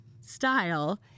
style